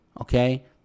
Okay